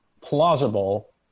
plausible